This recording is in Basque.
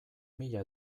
mila